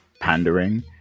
pandering